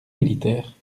militaires